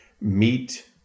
meet